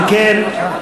אם כן,